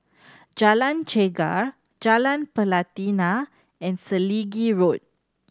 Jalan Chegar Jalan Pelatina and Selegie Road